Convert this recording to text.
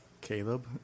Caleb